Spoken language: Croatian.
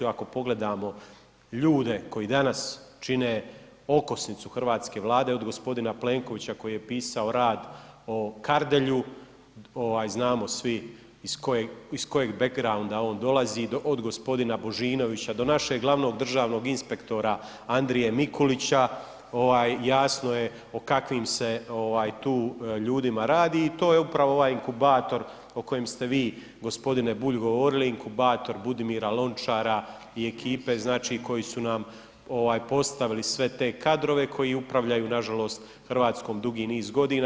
I ako pogledamo ljude koji danas čine okosnicu hrvatske Vlade od gospodina Plenkovića koji je pisao rad o Kardelju, znamo svi iz kojeg backgrounda on dolazi od gospodina Božinovića do našeg glavnog državnog inspektora Andrije Milkulića jasno je o kakvim se tu ljudima radi i to je upravo ovaj inkubator o kojem ste vi gospodine Bulj govorili inkubator Budimira Lonačara i ekipe znači koji su nam postavili sve te kadrove koji upravljaju nažalost Hrvatskom dugi niz godina.